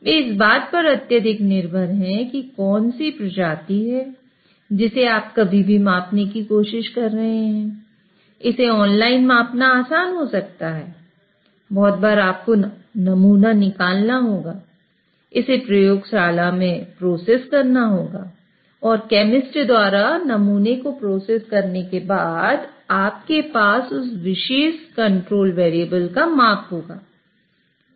वे इस बात पर अत्यधिक निर्भर हैं कि कौन सी प्रजाति है जिसे आप कभी कभी मापने की कोशिश कर रहे हैं इसे ऑनलाइन मापना आसान हो सकता है बहुत बार आपको नमूना निकालना होगा इसे प्रयोगशाला में प्रोसेस करना होगा और केमिस्ट द्वारा नमूने को प्रोसेस करने के बाद आपके पास उस विशेष कंट्रोल वेरिएबल का माप होगा